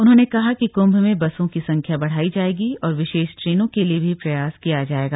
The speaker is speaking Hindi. उन्होंने कहा कि कुंभ में बसों की संख्या बढ़ाई जाएगी और विशेष ट्रेनों के लिए भी प्रयास किया जायेगा